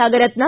Nagaratna